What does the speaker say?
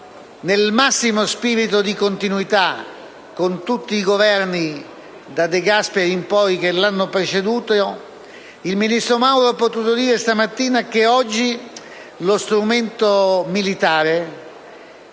nel massimo spirito di continuità con tutti i governi (da De Gasperi in poi) che lo hanno preceduto, il ministro Mauro ha potuto dire stamattina che oggi lo strumento militare